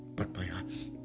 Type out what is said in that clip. but by us.